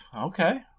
Okay